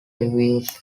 reviews